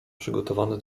przygotowane